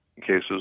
cases